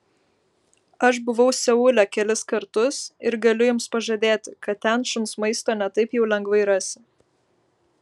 aš buvau seule kelis kartus ir galiu jums pažadėti kad ten šuns maisto ne taip jau lengvai rasi